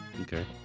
Okay